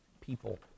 people